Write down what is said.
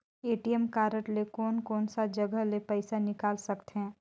ATM card ले कोन कोन सा जगह ले पइसा निकाल सकथे?